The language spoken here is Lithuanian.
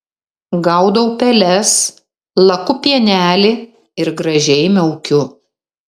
gaudau peles laku pienelį ir gražiai miaukiu